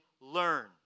learn